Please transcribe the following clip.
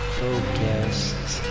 focused